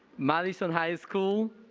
madison high school,